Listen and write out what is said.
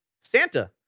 Santa